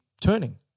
turning